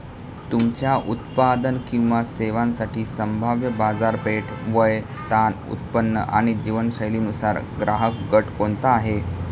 तुमच्या उत्पादन किंवा सेवांसाठी संभाव्य बाजारपेठ, वय, स्थान, उत्पन्न आणि जीवनशैलीनुसार ग्राहकगट कोणता आहे?